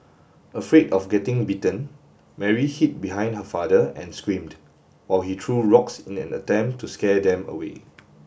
afraid of getting bitten Mary hid behind her father and screamed while he threw rocks in an attempt to scare them away